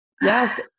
Yes